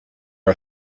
are